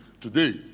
today